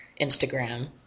Instagram